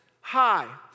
high